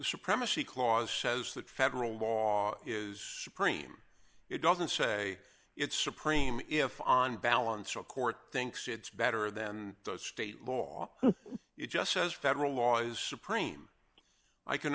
supremacy clause says that federal law is supreme it doesn't say it's supreme if on balance a court thinks it's better than the state law it just says federal law is supreme i c